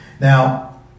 Now